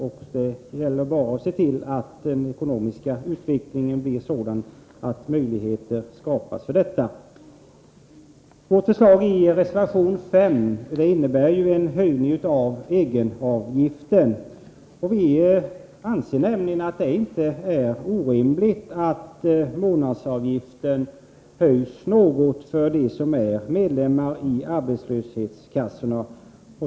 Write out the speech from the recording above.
Det gäller bara att se till att den ekonomiska utvecklingen blir sådan att möjligheter skapas för detta. Vårt förslag i reservation 5 innebär en höjning av egenavgiften. Vi anser nämligen att det inte är orimligt att månadsavgiften höjs något för dem som är medlemmar i arbetslöshetskassorna.